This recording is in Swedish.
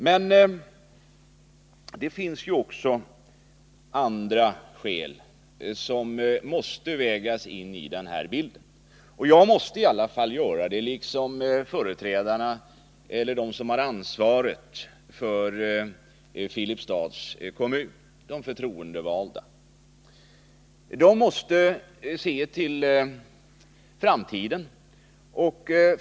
Men det finns ju också andra aspekter som måste vägas in i bilden. Jag liksom de förtroendevalda som har ansvaret för Filipstads kommun måste se till kommunens framtid.